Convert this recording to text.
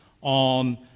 on